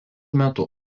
metu